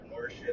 entrepreneurship